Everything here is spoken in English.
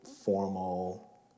formal